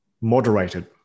moderated